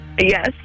Yes